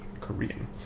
Korean